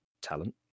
talent